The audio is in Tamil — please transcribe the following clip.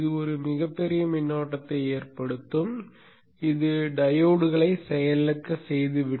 இது ஒரு மிகப்பெரிய மின்னோட்டத்தை ஏற்படுத்தும் இது டையோட்களை செயலிழக்க செய்து விடும்